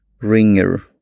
Ringer